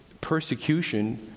persecution